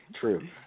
True